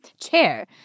chair